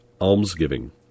almsgiving